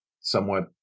somewhat